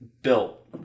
built